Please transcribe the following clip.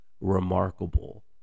remarkable